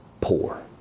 poor